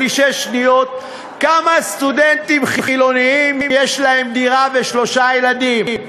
יש לי שש שניות: כמה סטודנטים חילונים יש להם דירה ושלושה ילדים?